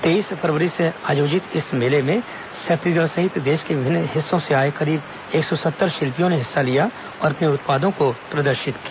तेईस फरवरी से आयोजित इस मेले में छत्तीसगढ़ सहित देश के विभिन्न हिस्सों से आए करीब एक सौ सत्तर शिल्पियों ने हिस्सा लिया और अपने उत्पादों को प्रदर्शित किया